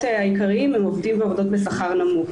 העיקריים הם עובדים בעבודות בשכר נמוך.